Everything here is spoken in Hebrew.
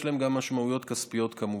יש להן גם משמעויות כספיות כמובן.